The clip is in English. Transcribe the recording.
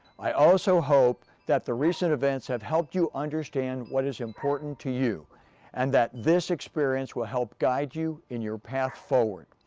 i also hope that the recent events have helped you understand what is important to you and that this experience will help guide you in your path forward.